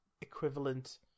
equivalent